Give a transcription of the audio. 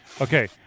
okay